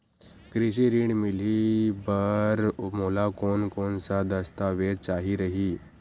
कृषि ऋण मिलही बर मोला कोन कोन स दस्तावेज चाही रही?